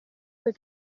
poi